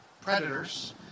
predators